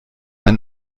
ein